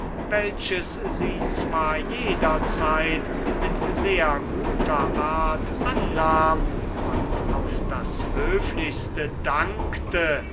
welches sie zwar jederzeit mit sehr guter art annahm und auf das höflichste dankte